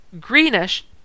greenish